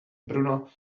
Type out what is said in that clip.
bruno